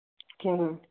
کِہیٖنٛۍ